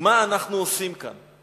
מה אנחנו עושים כאן.